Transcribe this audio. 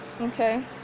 okay